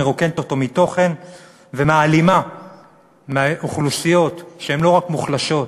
מרוקנת אותו מתוכן ומעלימה מאוכלוסיות שהן לא מוחלשות,